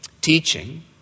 teaching